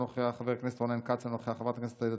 אינה